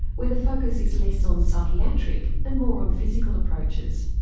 where the focus is less on psychiatric and more on physical approaches.